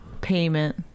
payment